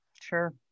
Sure